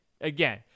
again